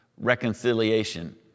reconciliation